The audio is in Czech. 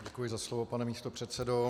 Děkuji za slovo, pane místopředsedo.